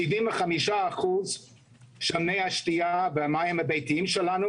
75% ממי השתייה של המים הביתיים שלנו